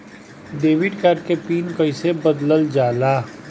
Debit card के pin कईसे बदलल जाला?